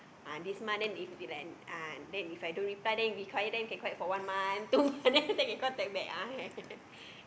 uh this month then if he like uh then If I don't reply then we quiet then we can quiet for one month two month then after that can contact back